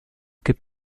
gibt